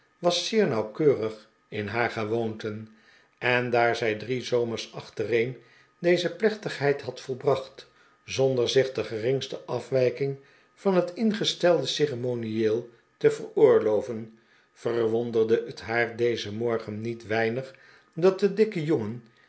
was zeer nauwkeurig in haar gewoonten en daar zij drie zomers achtereen deze plechtigheid had volbracht zonder zich de geringste afwijking van net ingestelde ceremonieel te veroorloven verwonderde het haar dezen morgen niet weinig dat de dikke jongen